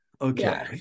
Okay